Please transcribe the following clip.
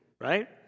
right